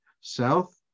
south